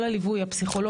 כל הליווי הפסיכולוגי.